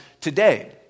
today